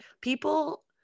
people